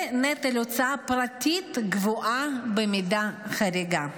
ונטל הוצאה פרטית גבוהה במידה חריגה.